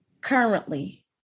currently